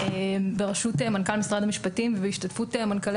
בראשות מנכ"ל משרד המשפטים ובהשתתפות מנכ"לי